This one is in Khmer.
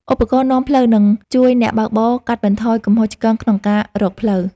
ឧបករណ៍នាំផ្លូវ នឹងជួយអ្នកបើកបរកាត់បន្ថយកំហុសឆ្គងក្នុងការរកផ្លូវ។